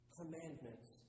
commandments